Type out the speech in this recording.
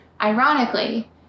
Ironically